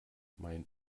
mein